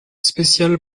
spéciale